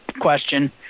question